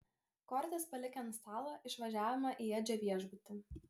kortas palikę ant stalo išvažiavome į edžio viešbutį